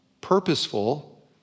purposeful